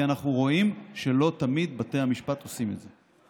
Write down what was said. כי אנחנו רואים שלא תמיד בתי המשפט עושים את זה.